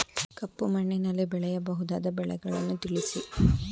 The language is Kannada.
ಕಪ್ಪು ಮಣ್ಣಿನಲ್ಲಿ ಬೆಳೆಯಬಹುದಾದ ಬೆಳೆಗಳನ್ನು ತಿಳಿಸಿ?